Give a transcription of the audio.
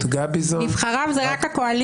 איפה חוות הדעת?